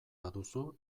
baduzu